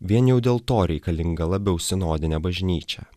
vien jau dėl to reikalinga labiau sinodinė bažnyčia